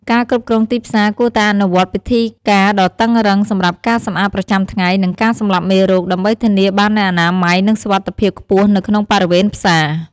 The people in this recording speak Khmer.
ការគ្រប់គ្រងទីផ្សារគួរតែអនុវត្តពិធីការដ៏តឹងរ៉ឹងសម្រាប់ការសម្អាតប្រចាំថ្ងៃ និងការសម្លាប់មេរោគ ដើម្បីធានាបាននូវអនាម័យ និងសុវត្ថិភាពខ្ពស់នៅក្នុងបរិវេណផ្សារ។